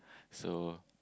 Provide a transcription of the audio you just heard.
so